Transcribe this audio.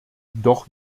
doch